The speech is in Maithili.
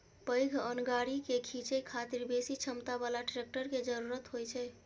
पैघ अन्न गाड़ी कें खींचै खातिर बेसी क्षमता बला ट्रैक्टर के जरूरत होइ छै